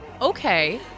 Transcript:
Okay